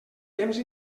temps